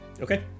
Okay